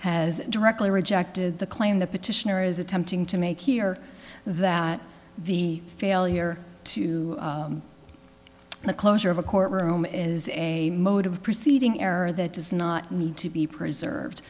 has directly rejected the claim the petitioner is attempting to make here that the failure to the closure of a courtroom is a mode of proceeding error that does not need to be preserved